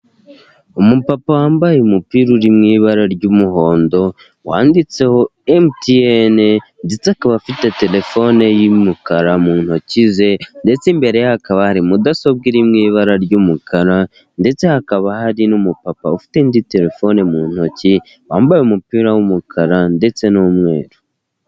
Umupapa wambaye umupira uru mu ibara ry'umuhondo wanditseho emutiyene ndetse akaba afite telefone y'umukara mu ntoki ze ndetse imbere ye hakaba hari mudasobwa iri mu ibara ry'umukara ndetse hakaba hari n'umupapa ufite indi telefone mu ntoki wambaye umupira w'umukara ndetse n'umweru.